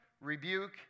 rebuke